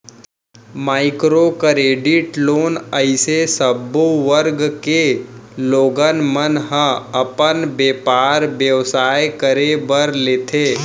micro credit loan अइसे सब्बो वर्ग के लोगन मन ह अपन बेपार बेवसाय करे बर लेथे